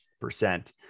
percent